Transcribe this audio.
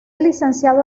licenciado